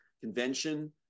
convention